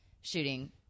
shooting